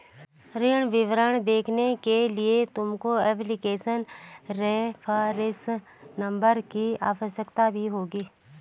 ऋण विवरण देखने के लिए तुमको एप्लीकेशन रेफरेंस नंबर की आवश्यकता भी होगी